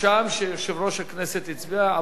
נרשם שיושב-ראש הכנסת הצביע,